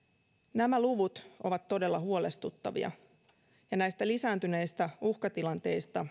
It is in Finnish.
nämä luvut ovat todella huolestuttavia ja näistä lisääntyneistä uhkatilanteista